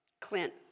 Clint